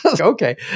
Okay